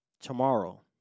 tomorrow